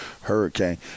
hurricane